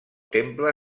temple